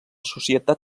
societat